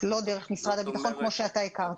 לא דרך משרד הביטחון כפי שאתה הכרת.